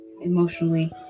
emotionally